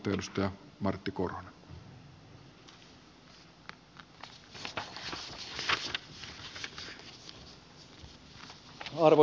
arvoisa herra puhemies